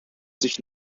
sich